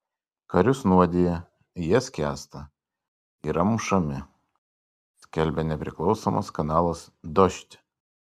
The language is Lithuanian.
karius nuodija jie skęsta yra mušami skelbia nepriklausomas kanalas dožd